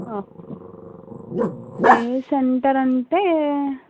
ఏ సెంటెరంటే